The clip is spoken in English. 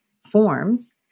forms